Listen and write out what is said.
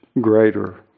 Greater